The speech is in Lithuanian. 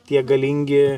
tie galingi